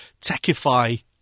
techify